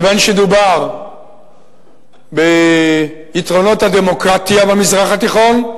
כיוון שדובר ביתרונות הדמוקרטיה במזרח התיכון,